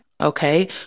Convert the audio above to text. okay